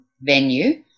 venue